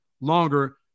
longer